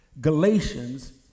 Galatians